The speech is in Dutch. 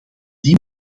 die